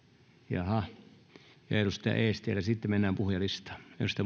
ja eestilä ja sitten mennään puhujalistaan